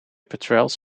petrels